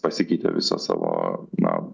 pasikeitė visą savo na